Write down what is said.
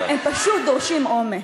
הם פשוט דורשים אומץ.